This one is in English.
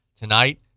Tonight